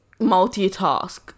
multitask